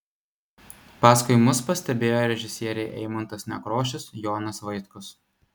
paskui mus pastebėjo režisieriai eimuntas nekrošius jonas vaitkus